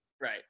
Right